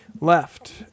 left